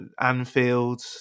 Anfield